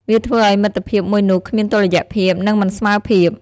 វាធ្វើឱ្យមិត្តភាពមួយនោះគ្មានតុល្យភាព និងមិនស្មើភាព។